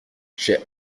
j’ai